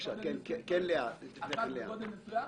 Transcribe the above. אחת בגודל מסוים?